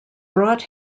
brought